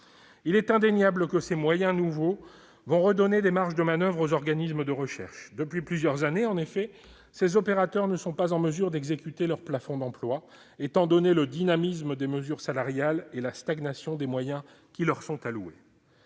Il est indéniable que ces moyens nouveaux redonneront des marges de manoeuvre aux organismes de recherche. Depuis plusieurs années, en effet, ces opérateurs ne sont pas en mesure d'exécuter leur plafond d'emplois, étant donné le dynamisme des mesures salariales et la stagnation des moyens qui leur sont alloués.